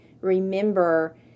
remember